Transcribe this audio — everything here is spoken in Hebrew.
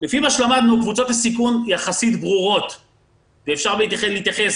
לפי מה שלמדנו קבוצות הסיכון ברורות יחסית ואפשר לכן להתייחס